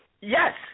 Yes